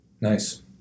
Nice